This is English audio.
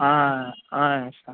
yes sir